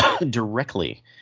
directly